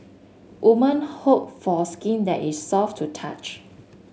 woman hope for skin that is soft to touch